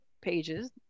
pages